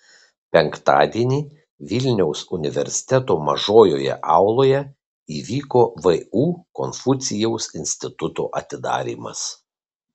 penktadienį vilniaus universiteto mažojoje auloje įvyko vu konfucijaus instituto atidarymas